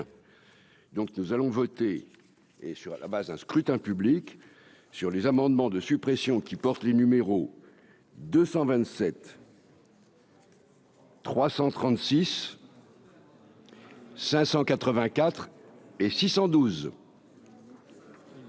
Donc nous allons voter et sur la base un scrutin public sur les amendements de suppression qui porte le numéro 227. 336. Voilà quoi.